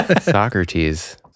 Socrates